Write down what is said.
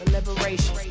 Liberation